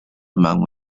among